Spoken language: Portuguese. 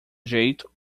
jeito